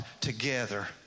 together